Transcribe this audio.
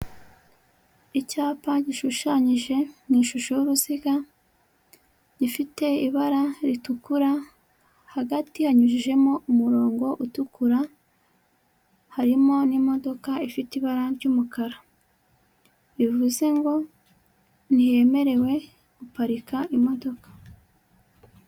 Icyapa gishushanyije mu ishusho y'uruziga, gifite ibara ritukura, hagati hanyujijemo umurongo utukura, harimo n'imodoka ifite ibara ry'umukara. Bivuze ngo ntihemerewe guparika imodoka.